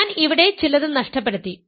അതിനാൽ ഞാൻ ഇവിടെ ചിലത് നഷ്ടപ്പെടുത്തി